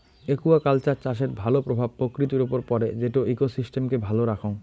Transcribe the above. aquaculture চাষের ভাল প্রভাব প্রকৃতির উপর পড়ে যেটো ইকোসিস্টেমকে ভালো রাখঙ